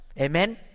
Amen